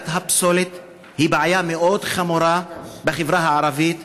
בעיית הפסולת היא בעיה מאוד חמורה בחברה הערבית,